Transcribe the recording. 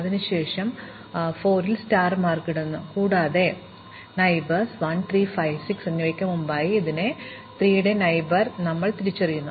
അതിനാൽ സന്ദർശിച്ചതുപോലെ ഞങ്ങൾ മാർക്ക് 4 നക്ഷത്രമിടുന്നു കൂടാതെ അയൽക്കാർ 1 3 5 6 എന്നിവയ്ക്ക് മുമ്പായി ഇതിന് 3 അയൽക്കാർ ഉണ്ടെന്ന് ഞങ്ങൾ തിരിച്ചറിയുന്നു